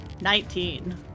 Nineteen